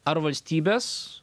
ar valstybės